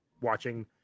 watching